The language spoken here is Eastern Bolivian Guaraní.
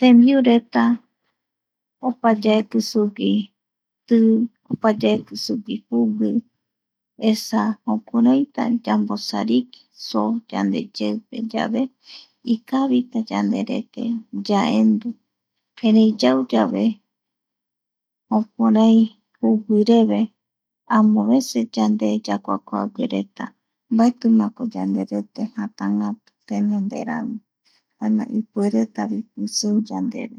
Tembiureta opa yaeki sugui i opa yaeki sugui jugui esa jokuraïta yamosariki so yandeyeupe yave ikavi yanderete yaendu erei yau yave jokurai jugui reve amo vaces yande yakuakuaguereta mbaetimako yandereta jatangatu tenonderami jaema ipuereta pisii yandeve.